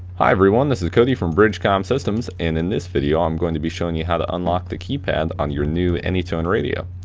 hi everyone, this is cody from bridgecom systems, and in this video i'm going to be showing you how to unlock the keypad on your new anytone radio.